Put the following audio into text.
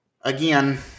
Again